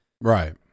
Right